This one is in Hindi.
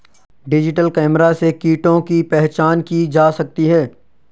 डिजिटल कैमरा से कीटों की पहचान की जा सकती है